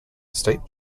state